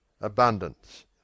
abundance